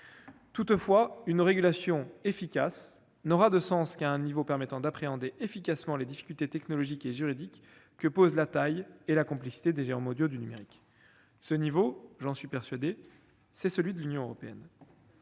Toutefois, une régulation opérante n'aura de sens qu'à un niveau permettant d'appréhender efficacement les difficultés technologiques et juridiques que posent la taille et la complexité des géants mondiaux du numérique. Cet échelon, j'en suis persuadé, est celui de l'Union européenne.